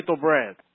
bread